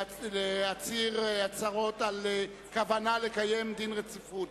להצהיר הצהרות על כוונה לקיים דין רציפות.